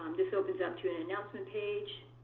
this opens up to an announcement page,